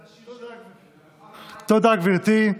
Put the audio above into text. תודה, גברתי.